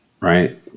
right